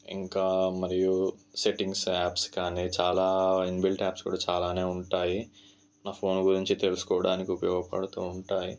ఇంకా మరియు settings apps కానీ చాలా ఇన్బిల్ట్ యాప్స్ కూడా చాలానే ఉంటాయి నా ఫోన్ గురించి తెలుసుకోవడానికి ఉపయోగపడుతూ ఉంటాయి